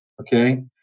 Okay